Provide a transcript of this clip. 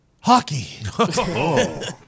hockey